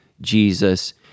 Jesus